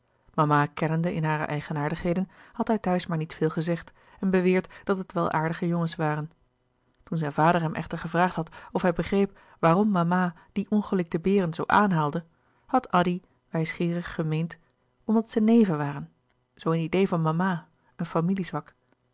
mama kennende in hare eigenaardigheden had hij thuis maar niet veel gezegd en beweerd dat het wel aardige jongens waren toen zijn vader hem echter gevraagd had of hij begreep waarom mama die ongelikte beren zoo aanhaalde had addy wijsgeerig gemeend omdat zij neven waren zoo een idee van mama een